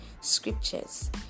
scriptures